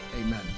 Amen